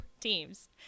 teams